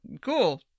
Cool